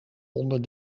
onder